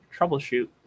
troubleshoot